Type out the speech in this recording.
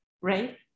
right